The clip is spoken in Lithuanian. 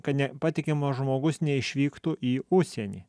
kad nepatikimas žmogus neišvyktų į užsienį